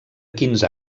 quinze